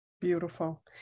Beautiful